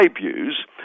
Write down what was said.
views